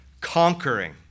conquering